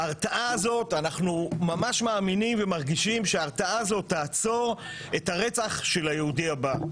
אנחנו ממש מאמינים ומרגישים שההרתעה הזאת תעצור את הרצח של היהודי הבא.